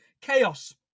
chaos